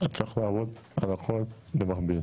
וצריך לעבוד על הכול במקביל.